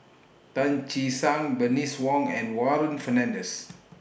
Tan Che Sang Bernice Wong and Warren Fernandez